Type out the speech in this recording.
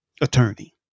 attorney